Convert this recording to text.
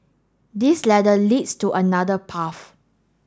this ladder leads to another path